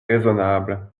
raisonnable